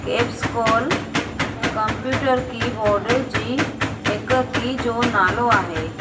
caps कॉल computer keyboard जी हिक की जो नालो आहे